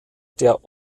der